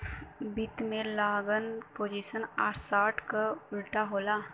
वित्त में long position short क उल्टा होला